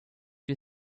you